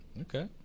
Okay